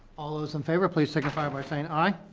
all those in favor, please signify by saying aye.